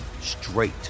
straight